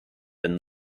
bin